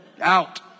out